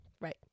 right